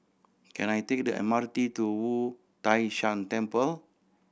can I take the M R T to Wu Tai Shan Temple